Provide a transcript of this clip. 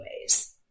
ways